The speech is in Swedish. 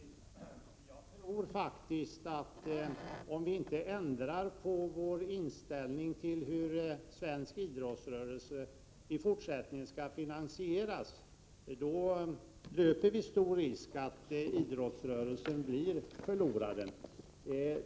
Herr talman! Jag tror faktiskt, statsrådet Lönnqvist, att om vi inte ändrar inställning till hur svensk idrottsrörelse i fortsättningen skall finansieras, löper vi stor risk att idrottsrörelsen blir förloraren.